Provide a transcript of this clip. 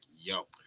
yo